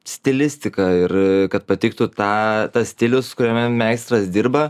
stilistiką ir kad patiktų tą tas stilius kuriame meistras dirba